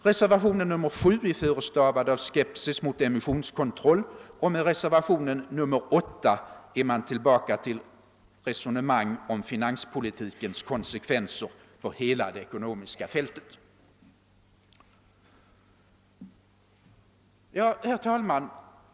Reservationen 7 är förestavad av skepsis mot emissionskontroll, och med reservationen 8 är man tillbaka till resonemang om finanspolitikens konsekvenser på hela det ekonomiska fältet. Herr talman!